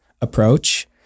approach